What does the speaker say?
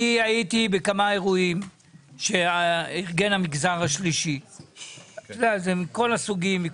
הייתי בכמה אירועים שארגן המגזר השלישי מכל הסוגים.